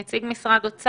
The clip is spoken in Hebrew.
רועי, נציג משרד האוצר.